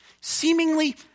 seemingly